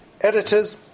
editors